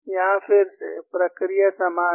यहां फिर से प्रक्रिया समान है